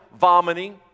vomiting